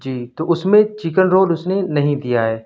جی تو اس میں چکن رول اس نے نہیں دیا ہے